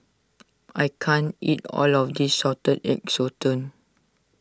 I can't eat all of this Salted Egg Sotong